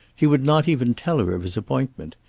he would not even tell her of his appointment.